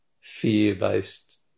fear-based